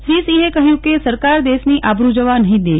શ્રી સિંહે કહ્યુ કે સરકાર દેશની આબરૂ જવા નફી દે